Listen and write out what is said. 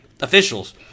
officials